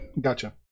Gotcha